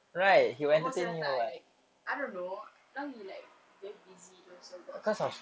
oh most of the time like I don't know now he like very busy also got school